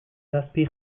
zazpi